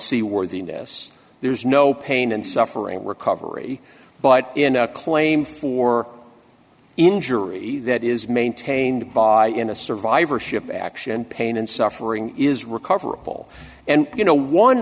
seaworthiness there's no pain and suffering recovery but in a claim for injury that is maintained by in a survivorship action pain and suffering is recoverable and you know one